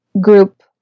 group